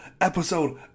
episode